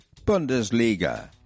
Bundesliga